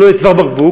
שלא יהיה צוואר בקבוק,